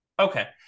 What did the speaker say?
okay